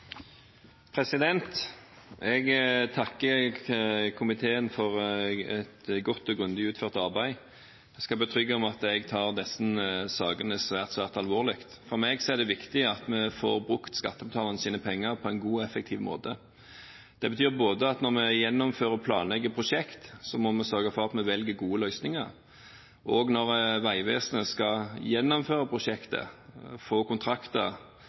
Jeg takker komiteen for et godt og grundig utført arbeid. Jeg skal betrygge med at jeg tar disse sakene svært alvorlig. For meg er det viktig at vi får brukt skattebetalernes penger på en god og effektiv måte. Det betyr at når vi gjennomfører og planlegger prosjekt, må vi sørge for at vi velger gode løsninger, og når Vegvesenet skal gjennomføre prosjekter, får kontrakter,